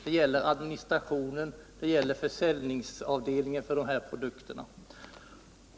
Det gäller administrationen, det gäller försäljningsavdelningen för dessa produkter.